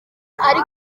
ari